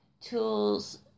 Tool's